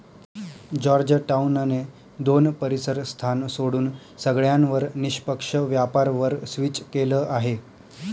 Georgetown ने दोन परीसर स्थान सोडून सगळ्यांवर निष्पक्ष व्यापार वर स्विच केलं आहे